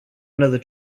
another